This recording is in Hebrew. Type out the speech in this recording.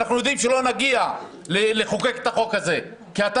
ואנחנו יודעים שלא נגיע לחוקק את החוק הזה כי אתה